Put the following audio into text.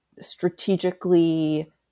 strategically